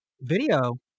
video